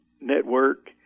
Network